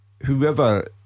whoever